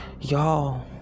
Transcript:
Y'all